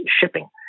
shipping